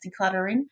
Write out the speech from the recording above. decluttering